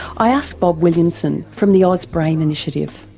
i asked bob williamson from the ausbrain initiative.